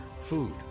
food